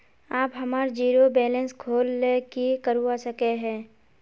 आप हमार zero balance खोल ले की करवा सके है?